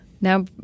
Now